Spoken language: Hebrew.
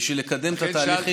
בשביל לקדם את התהליכים,